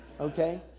okay